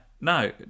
no